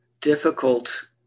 Difficult